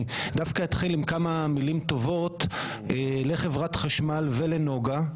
דווקא אתחיל עם כמה מילים טובות לחברת חשמל ולנגה,